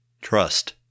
Trust